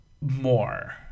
more